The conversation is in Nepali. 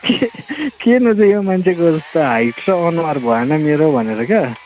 किन चाहिँ यो मान्छेको जस्तो हाइट छ अनुहार भएन मेरो भनेर क्या